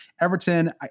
Everton